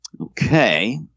okay